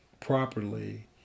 properly